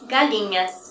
Galinhas